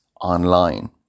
online